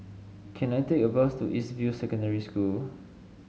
can I take a bus to East View Secondary School